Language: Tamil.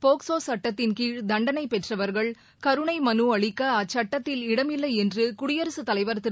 போக்சோ சுட்டத்தின்கீழ் தண்டனை பெற்றவர்கள் கருணை மனு அளிக்க அச்சுட்டத்தில் இடமில்லை என்று குடியரசுத்தலைவர் திரு